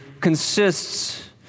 consists